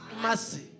Mercy